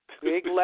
Big